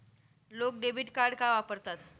लोक debit card का वापरतात?